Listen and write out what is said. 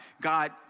God